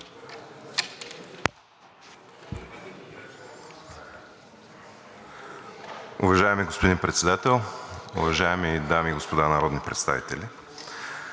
Уважаеми господин Председател, уважаеми дами и господа народни представители!